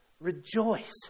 rejoice